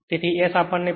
તેથી S આપણને 0